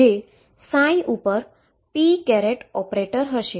જે ψ ઉપર p operator હશે